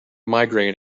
migraine